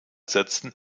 setzen